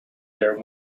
their